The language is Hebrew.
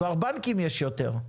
כבר בנקים יש יותר.